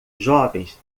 jovens